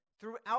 throughout